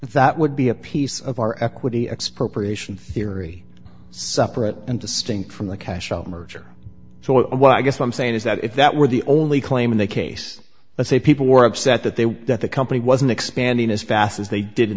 that would be a piece of our equity expropriation theory separate and distinct from the cash merger so what i guess i'm saying is that if that were the only claim in the case let's say people were upset that they that the company wasn't expanding as fast as they did in